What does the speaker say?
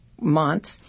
months